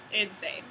insane